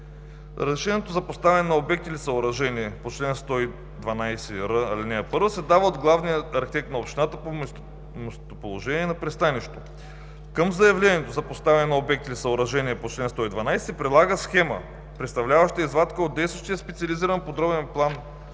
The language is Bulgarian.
Разрешението за поставяне на обекти или съоръжения по чл. 112р, ал. 1 се дава от главния архитект на общината по местоположение на пристанището. Към заявлението за поставяне на обекти или съоръжения по чл. 112 се предлага схема, представляваща извадка от действащия специализиран подробен план